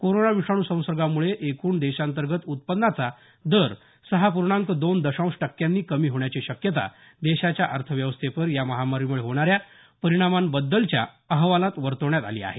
corona विषाणू संसर्गामुळे एकूण देशांतर्गत उत्पन्नाचा दर सहा पूर्णांक दोन दशांश टक्क्यांनी कमी होण्याची शक्यता देशाच्या अर्थव्यवस्थेवर या महामारीमुळे होणाऱ्या परिणामाबद्दलच्या अहवालात वर्तवण्यात आली आहे